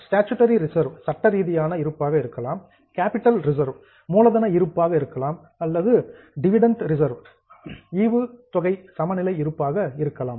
statutory reserve சட்டரீதியான இருப்பு இருக்கலாம் கேப்பிட்டல் ரிசர்வ் மூலதன இருப்பு இருக்கலாம் அல்லது டிவிடெண்ட் ஈக்குலைசேஷன் ரிசர்வ் ஈவுத்தொகை சமநிலை இருப்பு இருக்கலாம்